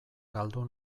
galdu